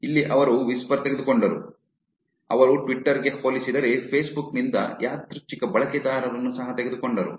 ಇಲ್ಲಿ ಅವರು ವಿಸ್ಪರ್ ತೆಗೆದುಕೊಂಡರು ಅವರು ಟ್ವಿಟರ್ ಗೆ ಹೋಲಿಸಿದರೆ ಫೇಸ್ಬುಕ್ ನಿಂದ ಯಾದೃಚ್ಛಿಕ ಬಳಕೆದಾರರನ್ನು ಸಹ ತೆಗೆದುಕೊಂಡರು